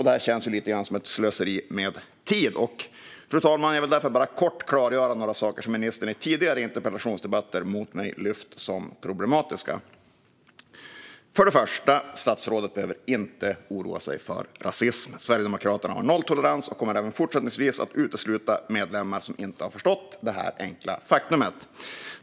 Det känns lite grann som ett slöseri med tid, fru talman, och jag vill därför kort klargöra några saker som ministern i tidigare interpellationsdebatter med mig lyft som problematiska. För det första behöver statsrådet inte oroa sig för rasism. Sverigedemokraterna har nolltolerans och kommer även fortsättningsvis att utesluta medlemmar som inte har förstått det enkla faktumet.